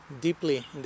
deeply